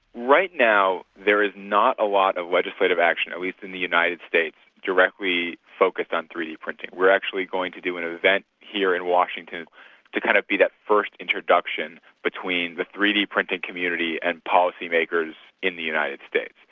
right now there is not a lot of legislative action at least in the united states directly focused on three d printing. we're actually going to do an event here in washington to kind of be that first introduction between the three d printing community and policymakers in the united states.